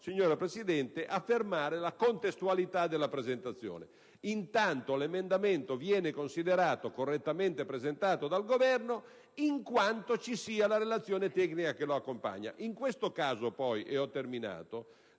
signora Presidente, affermare la contestualità della presentazione: intanto l'emendamento viene considerato correttamente presentato dal Governo in quanto ci sia la relazione tecnica che lo accompagna. In questo caso, poi, la cosa